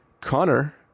Connor